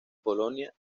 polonia